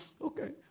okay